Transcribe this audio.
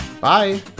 bye